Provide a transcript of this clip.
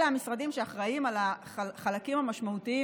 אלה המשרדים שאחראים לחלקים המשמעותיים